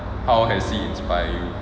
how has he inspired you